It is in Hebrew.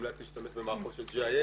הומלץ להשתמש במערכות של GIS,